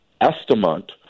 estimate